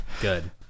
Good